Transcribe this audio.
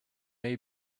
can